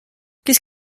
qu’est